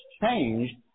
changed